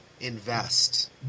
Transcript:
invest